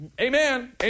Amen